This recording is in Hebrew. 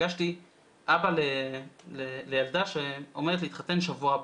פגשתי אבא לילדה שעומדת להתחתן שבוע הבא,